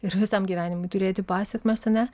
ir visam gyvenimui turėti pasekmes ar ne